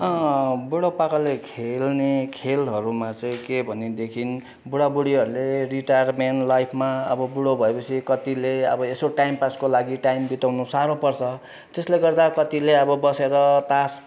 बुढापाकाले खेल्ने खेलहरूमा चाहिँ के भनेदेखि बुढाबुढीहरूले रिटायरमेन्ट लाइफमा अब बुढो भएपछि कतिले अब यसो टाइम पासको लागि टाइम बिताउनु साह्रो पर्छ त्यसले गर्दा कतिले अब बसेर तास खेल्न